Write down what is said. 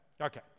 okay